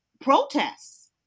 protests